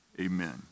amen